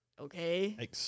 okay